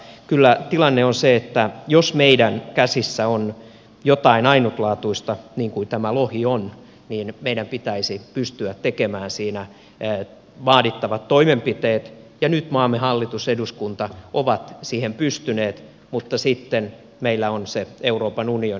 mutta kyllä tilanne on se että jos meidän käsissämme on jotain ainutlaatuista niin kuin tämä lohi on niin meidän pitäisi pystyä tekemään siinä vaadittavat toimenpiteet ja nyt maamme hallitus ja eduskunta ovat siihen pystyneet mutta sitten meillä on se euroopan unioni